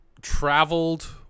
traveled